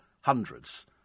hundreds